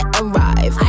arrive